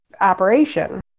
operation